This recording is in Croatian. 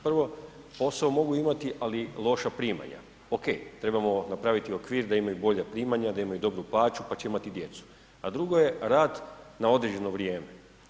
Prvo, posao mogu imati, ali loša primanja, ok, trebamo napraviti okvir da imaju bolja primanja, da imaju dobru plaću pa će imati djecu, a drugo je rad na određeno vrijeme.